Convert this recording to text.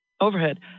overhead